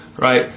Right